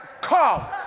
Call